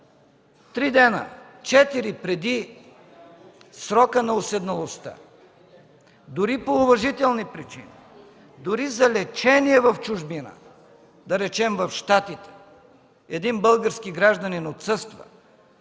3-4 дена преди срока на уседналостта, дори по уважителни причини, дори за лечение в чужбина, да речем в Щатите, един български гражданин отсъства